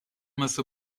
مثل